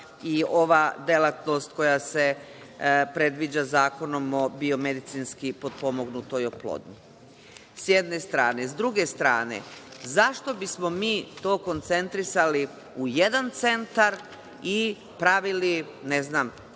i ova delatnost koja se predviđa zakonom o biomedicinski potpomognutoj oplodnji, sa jedne strane. Sa druge strane, zašto bismo mi to koncentrisali u jedan centar i pravili troškove